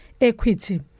equity